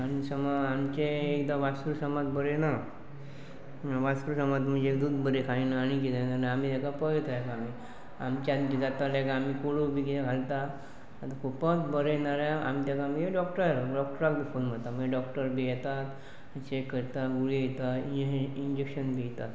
आनी समज आमचें एकदां वासरूं समज बरें ना वासरूं समज म्हणजे दूद बरें खायना आनी किदें जायना आमी तेका पळयता तेका आमच्यान बी किदें जाता तेका आमी कोडू बी कितेें घालता आतां खुबत बरें नाजाल्या आमी तेका मागी डॉक्टरा डॉक्टराक बी फोन करता मागीर डॉक्टर बी येतात चेक करतात गुळी दिता इंहेक इंजेक्शन बी दिता